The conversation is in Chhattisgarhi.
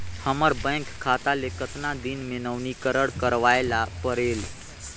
हमर बैंक खाता ले कतना दिन मे नवीनीकरण करवाय ला परेल?